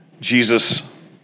Jesus